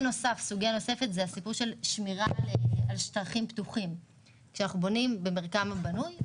סוגיה נוספת היא שמירה על שטחים פתוחים כשבונים במרקם הבנוי,